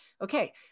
okay